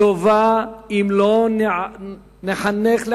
טובה אם לא נחנך לערכים.